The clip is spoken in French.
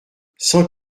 cent